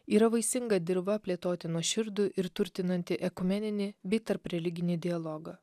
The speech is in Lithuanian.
yra vaisinga dirva plėtoti nuoširdų ir turtinantį ekumeninį bei tarpreliginį dialogą